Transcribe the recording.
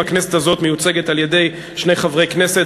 בכנסת הזאת מיוצגת על-ידי שני חברי כנסת.